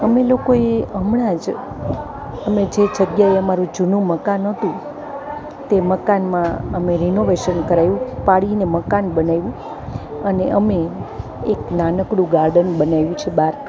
અમે લોકોએ હમણાં જ અમે જે જગ્યાએ જૂનું મકાન હતું તે મકાનમાં અમે રિનોવેશન કરાવ્યું પાડીને મકાન બનાવ્યું અને અમે એક નાનકડું ગાર્ડન બનાવ્યું છે બહાર